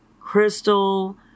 Crystal